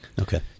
Okay